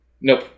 Nope